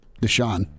Deshaun